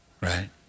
Right